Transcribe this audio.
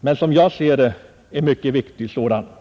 men, som jag ser det, en mycket viktig sådan.